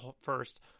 first